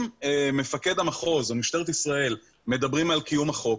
אם מפקד המחוז או משטרת ישראל מדברים על קיום החוק,